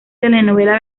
telenovela